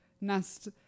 nest